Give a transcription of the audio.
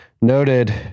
Noted